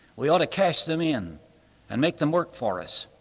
we ought to cash them in and make them work for us.